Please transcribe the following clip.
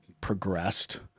progressed